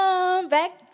back